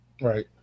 Right